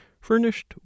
FURNISHED